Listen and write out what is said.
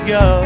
go